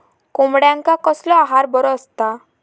कोंबड्यांका कसलो आहार बरो असता?